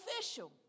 official